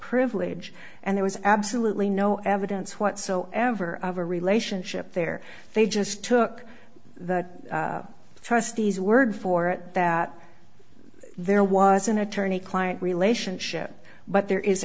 privilege and there was absolutely no evidence whatsoever of a relationship there they just took the trustees word for it that there was an attorney client relationship but there is